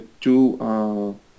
two